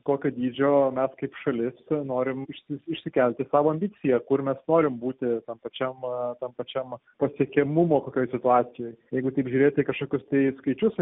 kokio dydžio mes kaip šalis norim išsi išsikelti savo ambiciją kur mes norim būti tam pačiam tam pačiam pasiekiamumo kokioj situacijoj jeigu taip žiūrėti į kažkokius tai skaičius